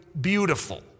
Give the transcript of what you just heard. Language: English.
beautiful